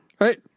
right